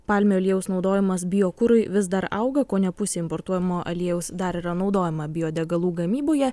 palmių aliejaus naudojimas biokurui vis dar auga kone pusė importuojamo aliejaus dar yra naudojama biodegalų gamyboje